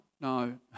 no